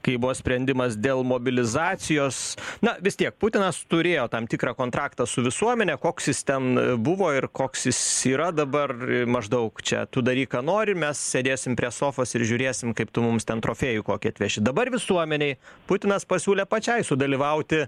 kai buvo sprendimas dėl mobilizacijos na vis tiek putinas turėjo tam tikrą kontraktą su visuomene koks jis ten buvo ir koks jis yra dabar maždaug čia tu daryk ką nori mes sėdėsim prie sofos ir žiūrėsim kaip tu mums ten trofėjų kokį atveši dabar visuomenei putinas pasiūlė pačiai sudalyvauti